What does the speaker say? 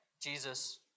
Jesus